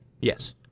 Yes